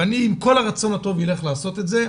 ואני עם כל הרצון הטוב ילך לעשות את זה,